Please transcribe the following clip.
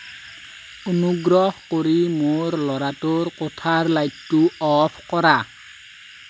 অনুগ্ৰহ কৰি মোৰ ল'ৰাটোৰ কোঠাৰ লাইটটো অফ কৰা